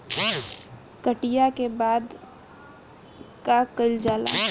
कटिया के बाद का कइल जाला?